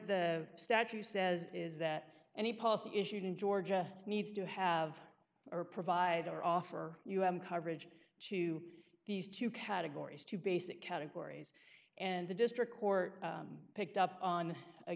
the statute says is that any policy issued in georgia needs to have or provide or offer coverage to these two categories two basic categories and the district court picked up on a